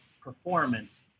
performance